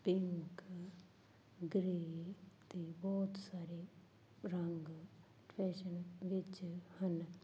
pink grey ਅਤੇ ਬਹੁਤ ਸਾਰੇ ਰੰਗ ਫੈਸ਼ਨ ਵਿੱਚ ਹਨ